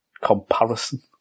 comparison